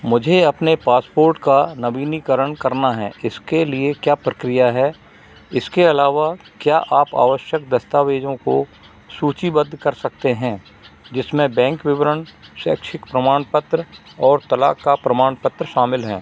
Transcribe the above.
मुझे अपने पासपोर्ट का नवीनीकरण करना है इसके लिए क्या प्रक्रिया है इसके अलावा क्या आप आवश्यक दस्तावेजों को सूचीबद्ध कर सकते हैं जिसमें बैंक विवरण शैक्षिक प्रमाणपत्र और तलाक का प्रमाण पत्र शामिल हैं